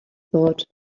thought